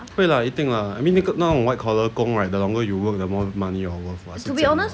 会 lah 一定 lah I mean 那个那种 white collar 工 right the longer you work the more money you're worth [what] 是这样 [what]